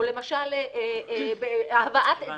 או למשל הבאת עדים,